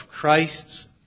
Christ's